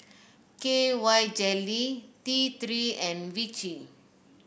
K Y Jelly T Three and Vichy